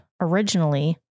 originally